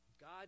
God